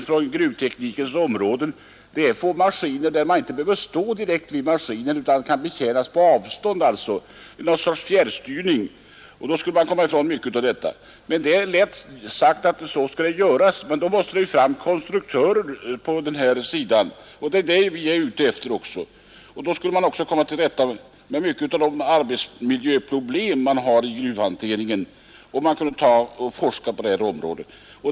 Från gruvteknikens område framhålls att enda utvägen är att söka få fram maskiner som kan betjänas på avstånd genom något slag av fjärrstyrning. För detta fordras konstruktörer, och det är vad vi motionärer har velat framhålla. Många arbetsmiljöproblem inom gruvhanteringen skulle kunna lösas genom forskning på detta område.